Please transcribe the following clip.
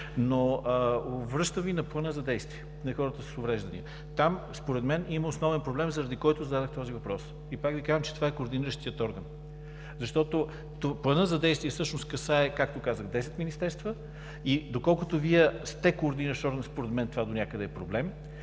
Връщам Ви на Плана за действие на хората с увреждания. Там според мен има основен проблем, заради който зададох този въпрос. И пак Ви казвам, че това е координиращият орган. Планът за действие всъщност касае, както казах, десет министерства и доколкото Вие сте координиращ орган, според мен това донякъде е проблем.